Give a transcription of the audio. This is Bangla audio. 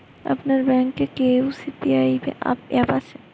আপনার ব্যাঙ্ক এ তে কি ইউ.পি.আই অ্যাপ আছে?